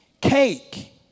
cake